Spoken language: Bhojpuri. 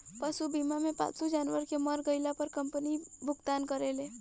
पशु बीमा मे पालतू जानवर के मर गईला पर कंपनी भुगतान करेले